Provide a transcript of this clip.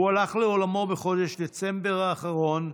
הוא הלך לעולמו בחודש דצמבר האחרון,